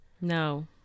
No